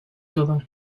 todo